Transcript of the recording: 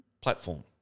platform